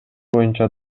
боюнча